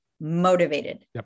motivated